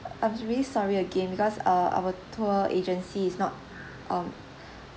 I'm really sorry again because uh our tour agency is not um